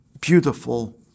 beautiful